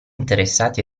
interessati